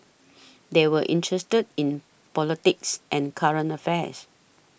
they were interested in politics and current affairs